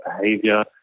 behavior